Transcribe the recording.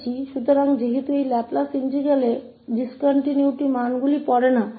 इसलिए चूंकि यह लाप्लास इंटीग्रल discontinuities पर मूल्यों को नहीं पढ़ता है